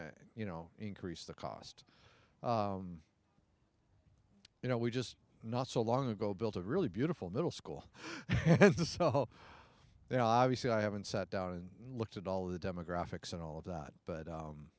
to you know increase the cost you know we just not so long ago built a really beautiful middle school they obviously i haven't sat down and looked at all of the demographics and all of that but